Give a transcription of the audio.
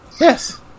Yes